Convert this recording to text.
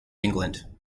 england